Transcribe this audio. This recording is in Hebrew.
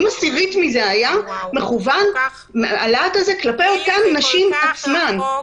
עשירית מהלהט הזה כלפי אותן נשים עצמן,